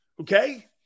Okay